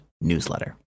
newsletter